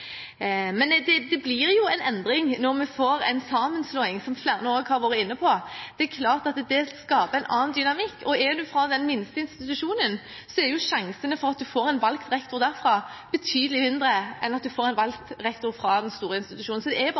Men det blir jo en endring når vi får en sammenslåing, som flere også har vært inne på. Det skaper en annen dynamikk. Er man fra den minste institusjonen, er sjansene for at man får en valgt rektor derfra, betydelig mindre enn at man får en valgt rektor fra den store institusjonen. Det er